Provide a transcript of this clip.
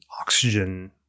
oxygen